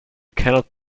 cannot